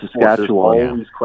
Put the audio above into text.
Saskatchewan